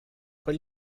per